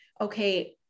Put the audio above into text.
okay